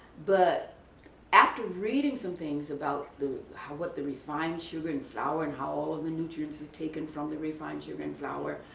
but after reading some things about the, what the refined sugar and flour and how all of the nutrients are taken from the refined sugar and flour,